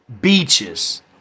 Beaches